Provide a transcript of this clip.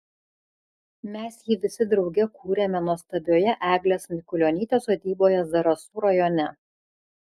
mes jį visi drauge kūrėme nuostabioje eglės mikulionytės sodyboje zarasų rajone